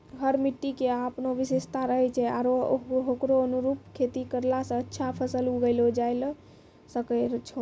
हर मिट्टी के आपनो विशेषता रहै छै आरो होकरो अनुरूप खेती करला स अच्छा फसल उगैलो जायलॅ सकै छो